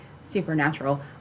supernatural